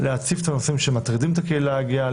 להציף את הנושאים שמטרידים את הקהילה הגאה,